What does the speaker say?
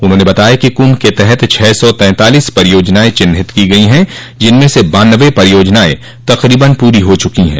उन्होंने बताया कि कुंभ के तहत छह सौ तैंतालीस परियोजनाएं चिन्हित की गई हैं जिनमें से बानबे परियोजनाएं तकरीबन पूरी हो चुकी हैं